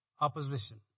opposition